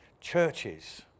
churches